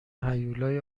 هیولای